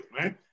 man